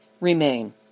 remain